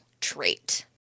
trait